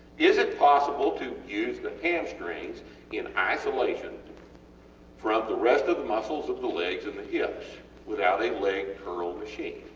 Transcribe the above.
is it possible to use the hamstrings in isolation from the rest of the muscles of the legs and the hips without a leg curl machine?